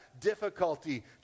difficulty